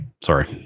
Sorry